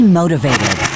motivated